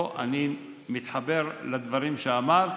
פה אני מתחבר לדברים שאמרת,